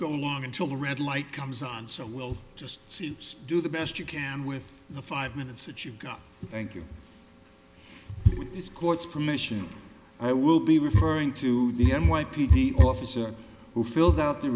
go along until the red light comes on so we'll just see do the best you can with the five minutes that you got thank you with this court's permission i will be referring to the n y p d officer who filled out the